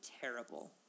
terrible